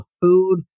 food